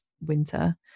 winter